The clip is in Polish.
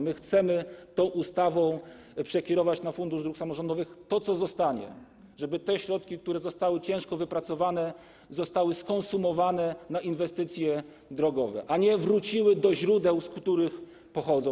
My tą ustawą chcemy przekierować na Fundusz Dróg Samorządowych to, co zostanie, żeby środki, które zostały ciężko wypracowane, zostały przeznaczone na inwestycje drogowe, a nie wróciły do źródeł, z których pochodzą.